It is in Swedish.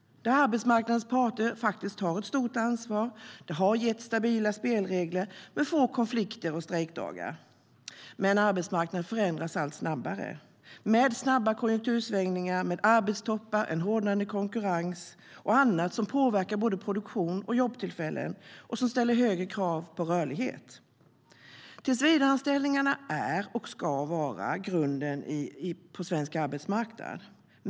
Arbetsmarknadens parter tar faktiskt ett stort ansvar. Det har gett stabila spelregler med få konflikter och strejkdagar. Men arbetsmarknaden förändras allt snabbare. Snabba konjunktursvängningar, arbetstoppar, en hårdnande konkurrens och annat som påverkar både produktion och jobbtillfällen ställer högre krav på rörlighet. Tillsvidareanställningar är och ska vara grunden på svensk arbetsmarknad.